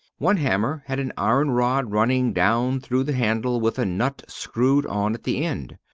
one hammer had an iron rod running down through the handle with a nut screwed on at the end.